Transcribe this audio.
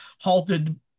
halted